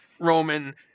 Roman